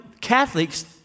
Catholics